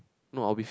no I'll be